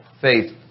faith